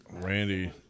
Randy